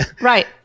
Right